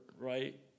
right